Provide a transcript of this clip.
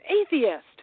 atheist